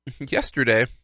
yesterday